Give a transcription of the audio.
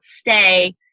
stay